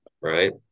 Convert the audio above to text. Right